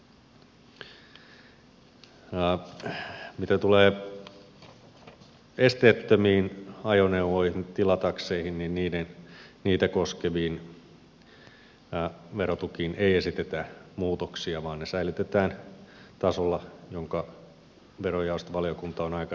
mitä tulee esteettömiin ajoneuvoihin tilatakseihin niin niitä koskeviin verotukiin ei esitetä muutoksia vaan ne säilytetään tasolla jonka verojaostovaliokunta on aikaisemmin niille määritellyt